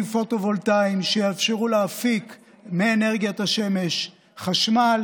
פוטו-וולטאיים שיאפשרו להפיק מאנרגיית השמש חשמל.